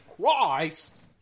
Christ